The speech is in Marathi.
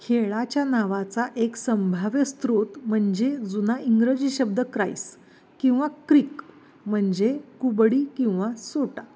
खेळाच्या नावाचा एक संभाव्य स्रोत म्हणजे जुना इंग्रजी शब्द क्राईस किंवा क्रिक म्हणजे कुबडी किंवा सोटा